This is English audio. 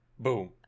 Boom